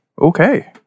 Okay